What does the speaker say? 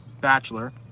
bachelor